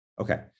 Okay